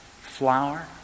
flower